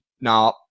Now